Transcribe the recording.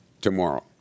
tomorrow